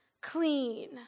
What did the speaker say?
clean